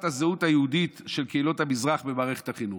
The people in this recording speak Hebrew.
הזהות היהודי של קהילות המזרח במערכת החינוך.